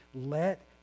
Let